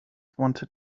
wanted